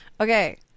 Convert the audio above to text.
Okay